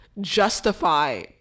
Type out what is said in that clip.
justify